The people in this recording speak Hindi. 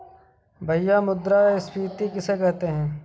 भैया मुद्रा स्फ़ीति किसे कहते हैं?